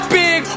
big